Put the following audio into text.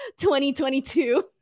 2022